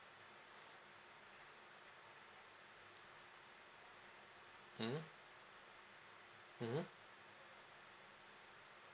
mmhmm mmhmm